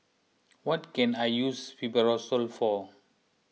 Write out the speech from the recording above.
what can I use Fibrosol for